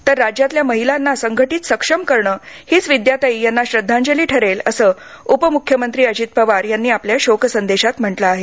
तर राज्यातल्या महिलांना संघटीत सक्षम करण हीच विद्याताई यांना श्रद्वांजली ठरेल असं उपमुख्यमंत्री अजित पवार यांनी आपल्या शोकसंदेशात म्हटलं आहे